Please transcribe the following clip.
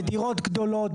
בדירות גדולות,